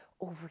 over